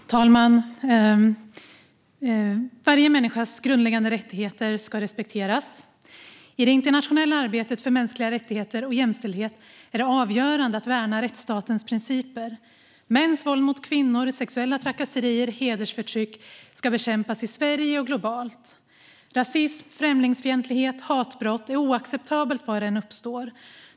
Fru talman! "Varje människas grundläggande rättigheter ska respekteras. I det internationella arbetet för mänskliga rättigheter och jämställdhet är det avgörande att värna rättsstatens principer. Mäns våld mot kvinnor, sexuella trakasserier och hedersförtryck ska bekämpas i Sverige och globalt. Rasism, främlingsfientlighet och hatbrott är oacceptabelt var det än uppstår.